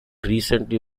recently